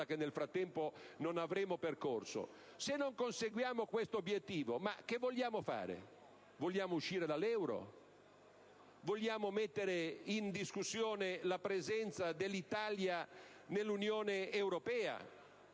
che nel frattempo non avremo percorso. Se non conseguiamo questo obiettivo, che vogliamo fare? Vogliamo uscire dall'euro? Vogliamo mettere in discussione la presenza dell'Italia nell'Unione europea?